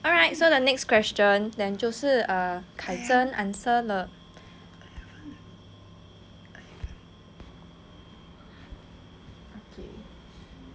alright so the next question then 就是 kai zhen answer 了